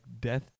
death